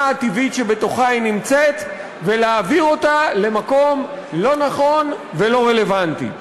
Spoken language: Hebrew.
הטבעית שבתוכה היא נמצאת ולהעביר אותה למקום לא נכון ולא רלוונטי.